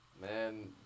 Man